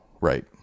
right